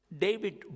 David